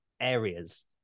areas